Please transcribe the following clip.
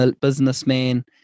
businessman